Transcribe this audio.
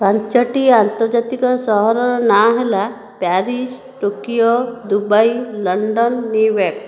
ପାଞ୍ଚଟି ଆନ୍ତର୍ଜାତିକ ସହରର ନାଁ ହେଲା Paris Tokyo Dubai London New York